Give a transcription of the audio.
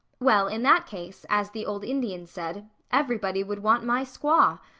well, in that case, as the old indian said, everybody would want my squaw.